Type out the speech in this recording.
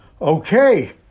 Okay